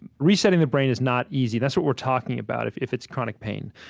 resetting the brain is not easy. that's what we're talking about, if if it's chronic pain.